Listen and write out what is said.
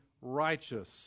righteous